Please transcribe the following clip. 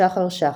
שחר שחר,